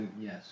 Yes